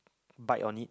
bite on it